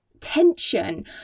tension